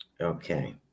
Okay